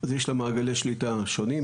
אז יש לה מעגלי שליטה שונים,